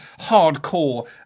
hardcore